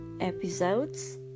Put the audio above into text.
episodes